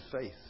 faith